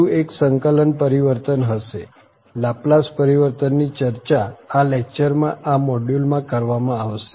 વધુ એક સંકલન પરિવર્તન હશે લાપ્લાસ પરિવર્તનની ચર્ચા આ લેક્ચરમાં આ મોડ્યુલમાં કરવામાં આવશે